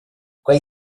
quei